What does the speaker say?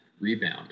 rebound